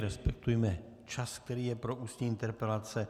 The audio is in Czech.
Prosím, respektujme čas, který je pro ústní interpelace.